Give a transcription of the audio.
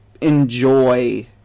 enjoy